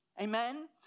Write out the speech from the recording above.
Amen